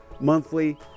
monthly